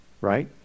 Right